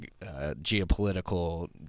geopolitical